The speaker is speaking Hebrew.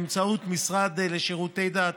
באמצעות המשרד לשירותי דת,